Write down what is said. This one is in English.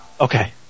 Okay